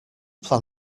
plan